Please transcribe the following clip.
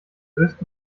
löst